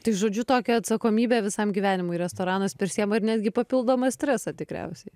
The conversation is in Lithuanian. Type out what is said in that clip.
tai žodžiu tokią atsakomybę visam gyvenimui restoranas prisiima ir netgi papildomą stresą tikriausiai